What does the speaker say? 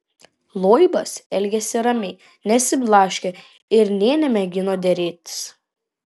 loibas elgėsi ramiai nesiblaškė ir nė nemėgino derėtis